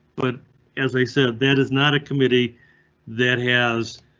but as i said, that is not a committee that has.